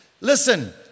Listen